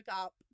up